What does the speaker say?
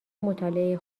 مطالعه